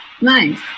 Nice